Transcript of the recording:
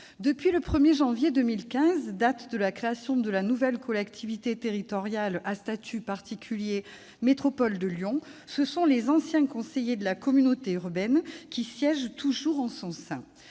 Depuis le 1 janvier 2015, date de la création de la nouvelle collectivité territoriale à statut particulier dénommée « métropole de Lyon », ce sont les anciens conseillers de la communauté urbaine qui siègent toujours en son sein.